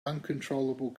uncontrollable